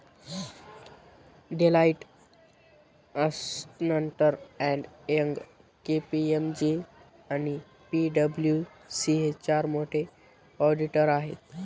Deloitte, अस्न्टर and Young, KPMG आणि पी.डब्ल्यू.सी हे चार मोठे ऑडिटर आहेत